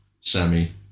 Sammy